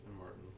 Martin